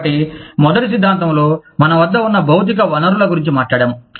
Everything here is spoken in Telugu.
కాబట్టి మొదటి సిద్ధాంతంలో మన వద్ద ఉన్న భౌతిక వనరుల గురించి మాట్లాడాము